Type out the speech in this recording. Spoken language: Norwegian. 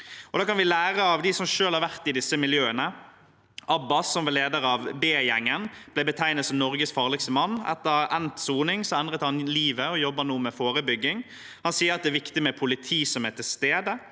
Da kan vi lære av dem som selv har vært i disse miljøene. Abbas, som var leder av B-gjengen, ble betegnet som Norges farligste mann. Etter endt soning endret han livet og jobber nå med forebygging. Han sier at det er viktig med politi som er til stede,